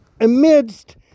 amidst